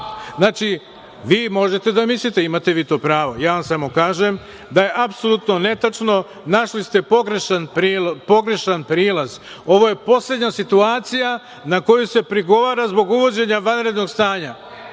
stoje. Vi možete da mislite, imate na to pravo. Ja vam samo kažem da je apsolutno netačno, našli ste pogrešan prilaz. Ovo je poslednja situacija na koju se prigovara zbog uvođenja vanrednog stanja.